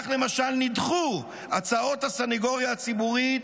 תור מספר 40 כך למשל נדחו הצעות הסנגוריה הציבורית